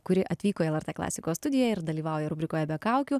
kuri atvyko į lrt klasikos studija ir dalyvauja rubrikoje be kaukių